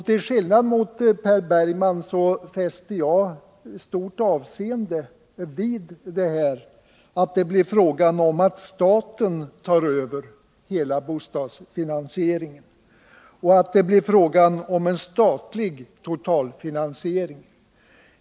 Till skillnad från Per Bergman fäster jag stort avseende vid att staten tar över hela bostadsfinansieringen och att det blir fråga om en statlig totalfinansiering.